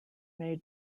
made